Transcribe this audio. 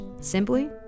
simply